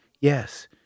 Yes